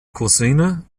cousine